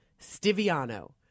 Stiviano